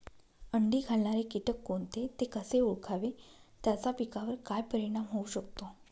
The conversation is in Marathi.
अंडी घालणारे किटक कोणते, ते कसे ओळखावे त्याचा पिकावर काय परिणाम होऊ शकतो?